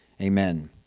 Amen